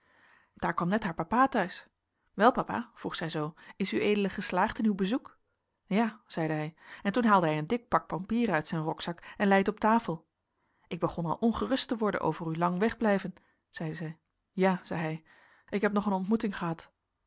daar kwam net haar papa thuis wel papa vroeg zij zoo is ued geslaagd in uw bezoek ja zeide hij en toen haalde hij een dik pak pampieren uit zijn rokzak en lei het op tafel ik begon al ongerust te worden over uw lang wegblijven zei zij ja zei hij ik heb nog een ontmoeting gehad